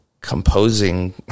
composing